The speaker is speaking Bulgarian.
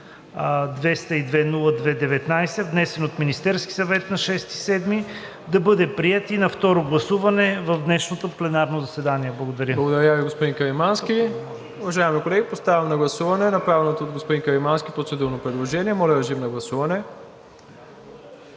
47-202-02-19, внесен от Министерския съвет на 6 юли 2022 г., да бъде приет и на второ гласуване в днешното пленарно заседание. Благодаря. ПРЕДСЕДАТЕЛ МИРОСЛАВ ИВАНОВ: Благодаря Ви, господин Каримански. Уважаеми колеги, поставям на гласуване направеното от господин Каримански процедурно предложение. Моля, режим на гласуване.